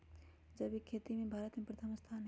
जैविक खेती में भारत के प्रथम स्थान हई